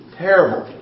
terrible